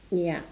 ya